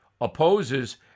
opposes